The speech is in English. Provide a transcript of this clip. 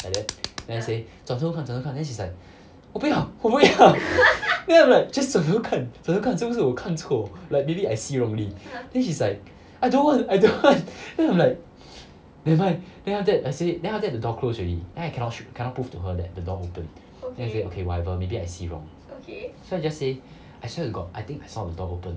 like that then I say 转头看转头看 then she's like 我不要我不要 then I'm like just 转头看转头看是不是我看错 like maybe I see wrongly then she's like I don't want I don't want then I'm like never mind then after that I say then after that the door close already then I cannot sh~ cannot prove to her that the door open then I say okay whatever maybe I see wrong so I just say I swear to god I think I saw the door open